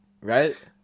Right